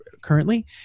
currently